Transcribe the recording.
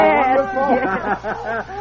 yes